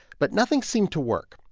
but nothing seemed to work.